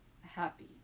happy